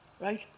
right